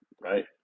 right